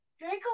Draco